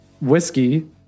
whiskey